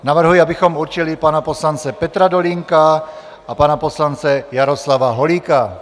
Navrhuji, abychom určili pana poslance Petra Dolínka a pana poslance Jaroslava Holíka.